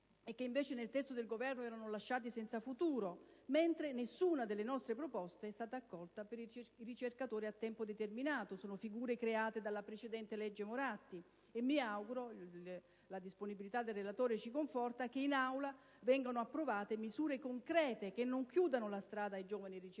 che invece in base al testo del Governo erano lasciati senza futuro. Nessuna delle nostre proposte è stata invece accolta per i ricercatori a tempo determinato, figure create dalla precedente legge Moratti. Mi auguro - e la disponibilità del relatore in questo senso ci conforta - che in Aula vengano approvate misure concrete che non chiudano la strada ai giovani ricercatori